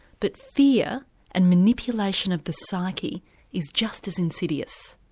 but fear and manipulation of the psyche is just as insidious.